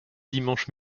dimanche